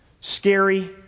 Scary